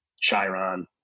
Chiron